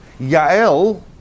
Yael